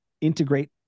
integrate